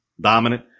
dominant –